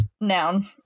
noun